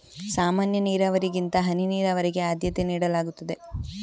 ಸಾಮಾನ್ಯ ನೀರಾವರಿಗಿಂತ ಹನಿ ನೀರಾವರಿಗೆ ಆದ್ಯತೆ ನೀಡಲಾಗುತ್ತದೆ